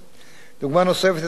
דוגמה נוספת הינה גיל הפרישה,